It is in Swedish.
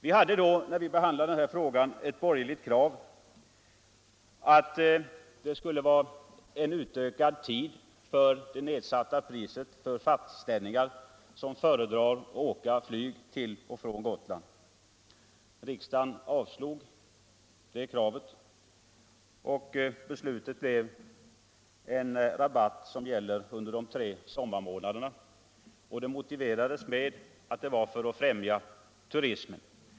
Vi hade när vi då behandlade den här frågan ett borgerligt krav på att tiden för det nedsatta priset för fastlänningar som föredrar att flyga till och från Gotland skulle utökas. Riksdagen avslog emellertid det kravet, och beslutet blev en rabatt som gäller under de tre sommarmånaderna, vilket motiverades med att man ville främja turismen.